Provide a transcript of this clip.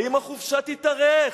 האם החופשה תתארך,